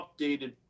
updated